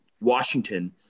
Washington